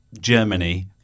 Germany